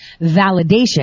validation